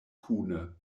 kune